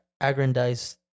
Aggrandize